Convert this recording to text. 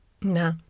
No